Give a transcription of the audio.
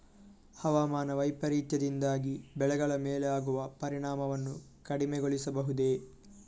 ಹವಾಮಾನ ವೈಪರೀತ್ಯದಿಂದಾಗಿ ಬೆಳೆಗಳ ಮೇಲಾಗುವ ಪರಿಣಾಮವನ್ನು ಕಡಿಮೆಗೊಳಿಸಬಹುದೇ?